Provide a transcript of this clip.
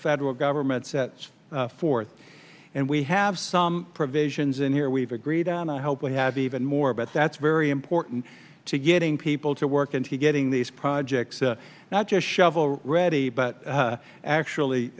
federal government sets forth and we have some provisions in here we've agreed on i hope we have even more but that's very important to getting people to work into getting these projects not just shovel ready but actually